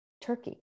Turkey